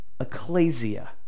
ecclesia